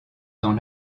dans